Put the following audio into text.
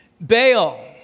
Baal